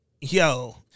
yo